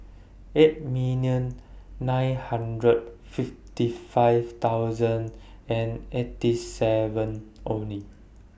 eight million nine hundred and fifty five thousand and eighty seven Only